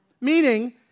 Meaning